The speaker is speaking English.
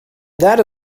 that